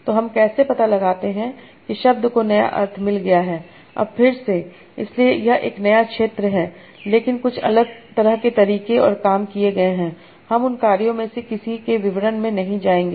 तो हम कैसे पता लगाते हैं कि शब्द को नया अर्थ मिल गया है अब फिर से इसलिए यह एक नया क्षेत्र है लेकिन कुछ अलग तरह के तरीके और काम किए गए हैं हम उन कार्यों में से किसी के विवरण में नहीं जाएंगे